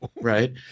Right